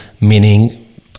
meaning